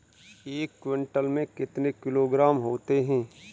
एक क्विंटल में कितने किलोग्राम होते हैं?